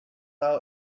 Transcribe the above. now